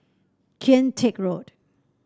Kian Teck Road